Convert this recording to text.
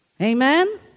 Amen